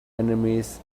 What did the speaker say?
enemies